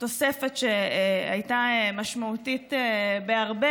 תוספת שהייתה משמעותית בהרבה,